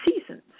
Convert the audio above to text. seasons